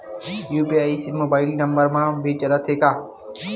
UPI mobile number मा भी चलते हे का?